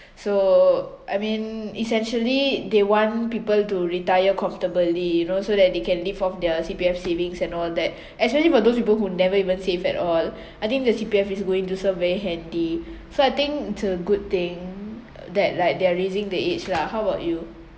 so I mean essentially they want people to retire comfortably you know so that they can live off their C_P_F savings and all that actually for those people who never even save at all I think the C_P_F is going to serve very handy so I think it's a good thing that like they are raising the age lah how about you